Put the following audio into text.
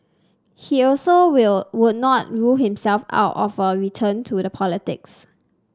he also will would not rule himself out of a return to the politics